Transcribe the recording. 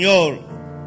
Lord